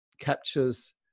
captures